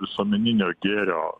visuomeninio gėrio